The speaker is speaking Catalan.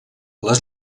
les